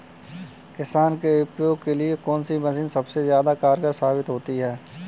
किसान के उपयोग के लिए कौन सी मशीन सबसे ज्यादा कारगर साबित होती है?